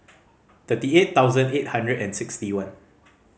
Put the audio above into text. thirty eight thousand eight hundred and sixty one